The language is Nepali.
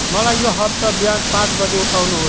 मलाई यो हप्ता बिहान पाँच बजे उठाउनुहोस्